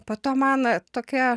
po to man tokia